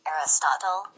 Aristotle